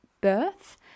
birth